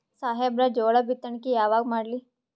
ಸಾಹೇಬರ ಜೋಳ ಬಿತ್ತಣಿಕಿ ಯಾವಾಗ ಮಾಡ್ಲಿ?